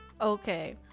okay